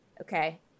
okay